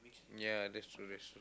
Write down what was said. ya that's true that's true